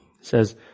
says